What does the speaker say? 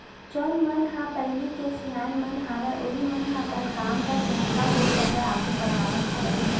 जउन मन ह पहिली के सियान मन हवय उहीं मन ह अपन काम ल जतका हो सकय आघू बड़हावत हवय